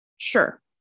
Sure